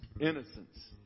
innocence